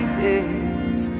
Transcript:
days